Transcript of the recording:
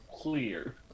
clear